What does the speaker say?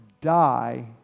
die